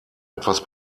etwas